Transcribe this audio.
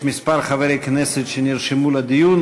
יש כמה חברי כנסת שנרשמו לדיון.